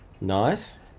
Nice